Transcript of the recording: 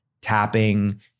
tapping